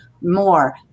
more